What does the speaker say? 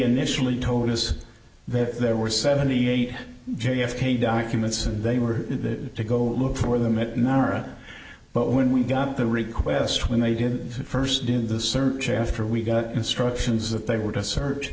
initially told us that there were seventy eight j f k documents and they were to go look for them at nara but when we got the request when they did first did the search after we got instructions that they were to search